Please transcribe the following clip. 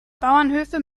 bauernhöfe